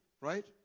right